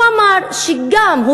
הוא אמר שגם,